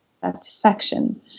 satisfaction